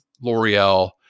L'Oreal